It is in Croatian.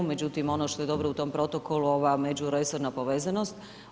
Međutim, ono što je dobro u tom protokolu, ova međuresorna povezanost.